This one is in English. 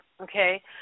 okay